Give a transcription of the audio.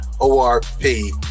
O-R-P